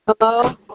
hello